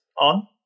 on